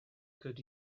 could